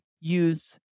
use